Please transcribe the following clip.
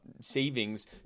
savings